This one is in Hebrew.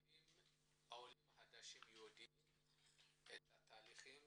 האם העולים החדשים יודעים את התהליכים